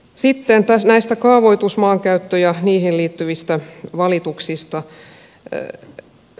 sitten näistä kaavoitus maankäyttö ja niihin liittyvistä valituksista